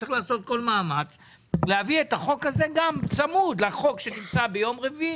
וצריך לעשות כל מאמץ להביא את החוק הזה צמוד לחוק שנמצא ביום רביעי.